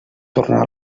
tornar